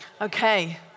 Okay